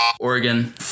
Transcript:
Oregon